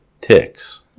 ticks